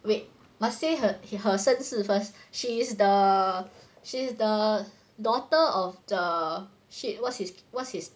wait must say her her 身事 first she's the she's the daughter of the shit what's his what's his